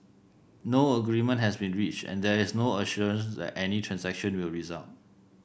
no agreement has been reached and there is no assurance that any transaction will result